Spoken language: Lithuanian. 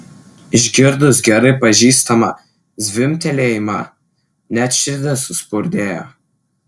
išgirdus gerai pažįstamą zvimbtelėjimą net širdis suspurdėjo